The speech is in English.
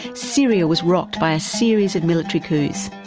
syria was rocked by a series of military coups.